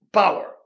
power